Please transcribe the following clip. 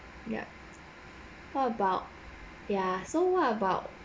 yup what about ya so what about